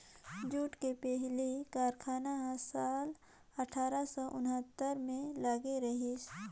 jute के पहिली कारखाना ह साल अठारा सौ उन्हत्तर म लगे रहिस